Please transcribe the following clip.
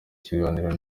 ikiganiro